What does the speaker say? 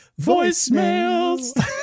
voicemails